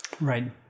right